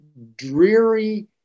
Dreary